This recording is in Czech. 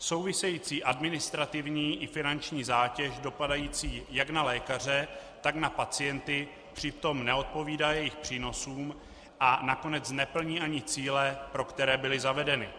Související administrativní i finanční zátěž dopadající jak na lékaře, tak na pacienty přitom neodpovídá jejich přínosům a nakonec neplní ani cíle, pro které byly zavedeny.